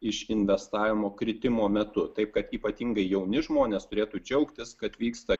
iš investavimo kritimo metu taip kad ypatingai jauni žmonės turėtų džiaugtis kad vyksta